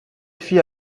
fit